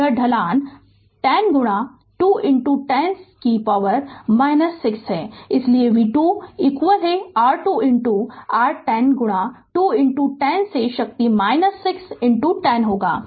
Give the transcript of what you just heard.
तो मैं ढलान 10 गुणा 2 10 से शक्ति 6 है इसलिए v t r 2 r 10 गुणा 2 10 से शक्ति 6 t होगा